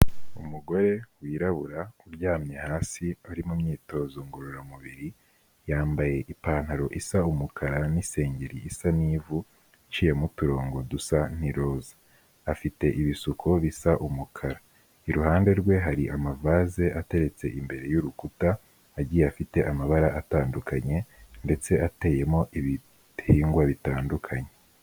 Umugore wirabura uryamye hasi uri mu myitozo ngororamubiri, yambaye ipantaro isa umukara n'isengeri isa n'ivu, iciyemo uturongo dusa n'iroza, afite ibisuko bisa umukara, iruhande rwe hari amavase ateretse imbere y'urukuta, agiye afite amabara atandukanye, ndetse ateyemo ibite hingwa bitandukanye.